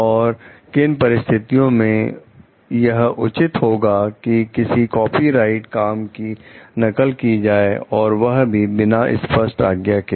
और किन परिस्थितियों में यह उचित होगा कि किसी कॉपीराइट काम की नकल की जाए और वह भी बिना स्पष्ट आज्ञा के